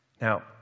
Now